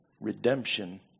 Redemption